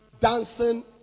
dancing